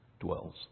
dwells